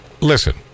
Listen